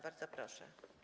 Bardzo proszę.